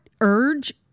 urge